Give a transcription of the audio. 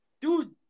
Dude